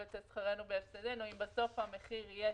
יצא שכרנו בהפסדנו אם בסוף המחיר יהיה